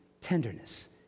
tenderness